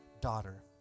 daughter